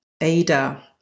Ada